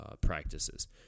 practices